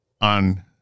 on